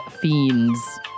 fiends